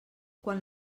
quan